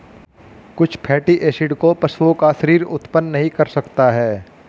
कुछ fatty acid को पशुओं का शरीर उत्पन्न नहीं कर सकता है